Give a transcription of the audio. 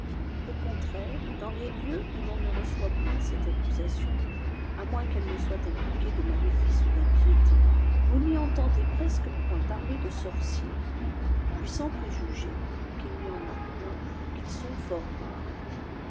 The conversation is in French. au contraire dans les lieuj où ton ne reçoit point cette accusation à moins qu'elle ne soit impliquée de maléfice ou d'impiété vous n y entendez presque point parler de sorciers puissant préjugé quml n y en a poiqt oii qu'ils sont fort rares